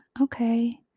okay